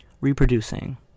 Reproducing